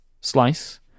slice